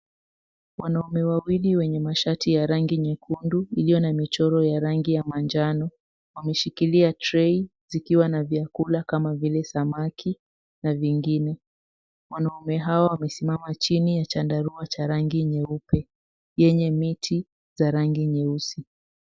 Wanaume wawili wenye mashati ya rangi nyekundu iliyo na michoro ya rangi ya manjano wameshikilia tray zikiwa na vyakula kama vile samaki na vingine wanaume hawa wamesimama chini ya chandarua cha rangi nyeupe yenye miti za rangi nyeusi.